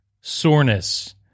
soreness—